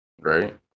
Right